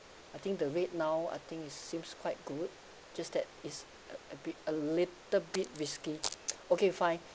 I think the rate now I think it seems quite good just that is uh a bit a little bit risky okay fine